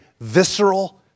visceral